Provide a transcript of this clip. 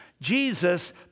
Jesus